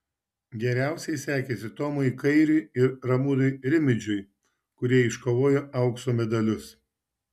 geriausiai sekėsi tomui kairiui ir ramūnui rimidžiui kurie iškovojo aukso medalius